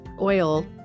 oil